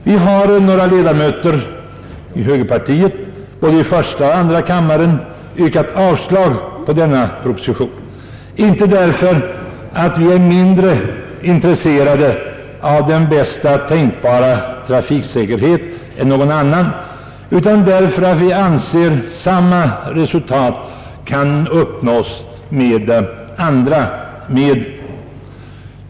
Vi är några högerledamöter i både första och andra kammaren som har yrkat avslag på denna proposition; inte därför att vi är mindre intresserade av den bästa tänkbara trafiksäkerhet än någon annan, utan därför att vi anser att samma resultat kan uppnås med andra medel.